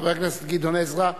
חבר הכנסת גדעון עזרא.